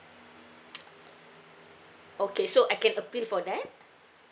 okay so I can appeal for that